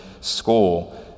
school